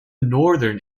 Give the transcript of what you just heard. northern